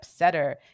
Upsetter